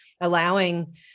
allowing